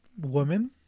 woman